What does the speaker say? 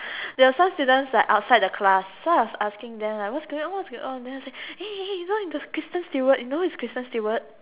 there were some students like outside the class so I was asking them like what's going on what's going on then after that they were like hey hey hey you know the Kristen Stewart you know who is Kristen Stewart